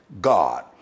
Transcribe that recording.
God